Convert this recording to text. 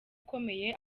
ukomeye